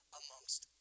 amongst